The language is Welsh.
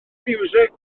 fiwsig